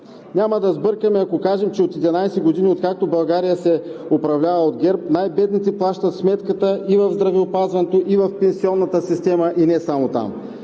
Няма да сбъркаме, ако кажем, че от 11 години, откакто България се управлява от ГЕРБ, най-бедните плащат сметката и в здравеопазването, и в пенсионната система, и не само там.